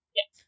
Yes